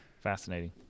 Fascinating